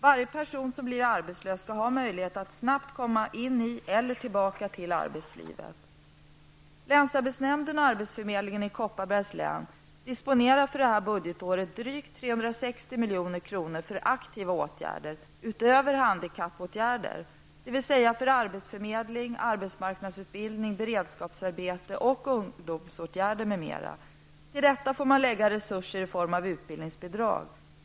Varje person som blir arbetslös skall ha möjlighet att snabbt komma in i eller tillbaka till arbetslivet. Kopparbergs län disponerar för innevarande budgetår drygt 360 milj.kr. för aktiva åtgärder, utöver handikappåtgärder, dvs. för arbetsförmedling, arbetsmarknadsutbildning, beredskapsarbete och ungdomsåtgärder m.m. Till detta får man lägga resurser i form av utbildningsbidrag.